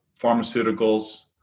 pharmaceuticals